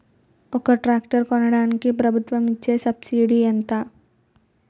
ఒక ట్రాక్టర్ కొనడానికి ప్రభుత్వం ఇచే సబ్సిడీ ఎంత?